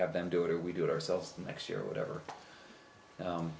have them do it we do it ourselves next year or whatever